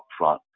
upfront